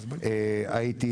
הייתי